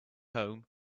home